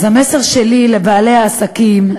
אז המסר שלי לבעלי העסקים,